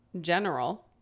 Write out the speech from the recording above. General